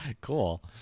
cool